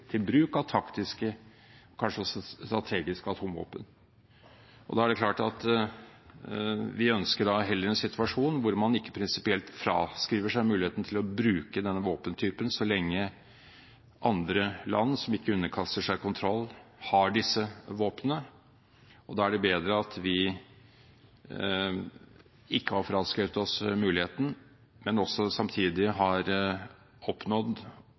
til bruk av taktiske, kanskje også strategiske atomvåpen. Da er det klart at vi heller ønsker en situasjon hvor man ikke prinsipielt fraskriver seg muligheten til å bruke denne våpentypen, så lenge andre land som ikke underkaster seg kontroll, har disse våpnene. Da er det bedre at vi ikke har fraskrevet oss muligheten, men også samtidig har oppnådd